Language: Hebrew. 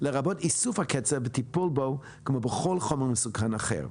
לרבות איסוף הקצף וטיפול בו כמו בכל חומר מסוכן אחר.